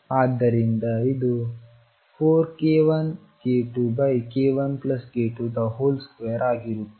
ಆದ್ದರಿಂದ ಇದು 4k1k2 k1k22 ಆಗಿರುತ್ತದೆ